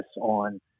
on